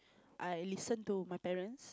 I listen to my parents